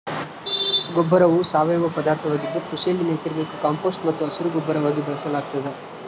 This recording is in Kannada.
ಗೊಬ್ಬರವು ಸಾವಯವ ಪದಾರ್ಥವಾಗಿದ್ದು ಕೃಷಿಯಲ್ಲಿ ನೈಸರ್ಗಿಕ ಕಾಂಪೋಸ್ಟ್ ಮತ್ತು ಹಸಿರುಗೊಬ್ಬರವಾಗಿ ಬಳಸಲಾಗ್ತದ